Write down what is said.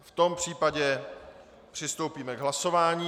V tom případě přistoupíme k hlasování.